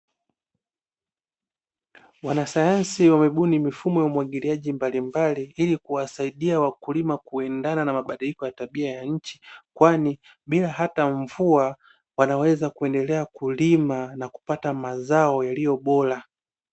Wanasayansi wamebuni mifumo ya umwagiliaji mbalimbali ili kuwasaidia wakulima kuendana na mabadiliko ya tabia nchi kwani bila hata mvua wanaweza kuendelea kulima na kupata mazao yaliyo bora.